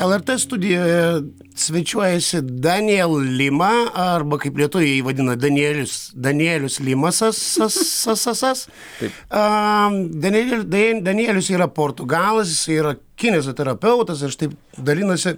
lrt studijoje svečiuojasi daniel lima arba kaip lietuviai vadina danielius danielius limasas sasasas danel dain danielius yra portugalas yra kinezoterapeutas ir štai dalinasi